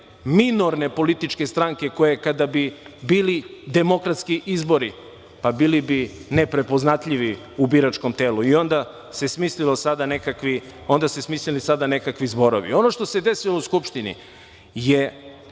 minorne političke stranke koje kada bi bili demokratski izbori, pa bili bi neprepoznatljivi u biračkom telu. Onda se smislili sada nekakvi zborovi. Ono što se desilo u Skupštini je